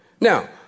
Now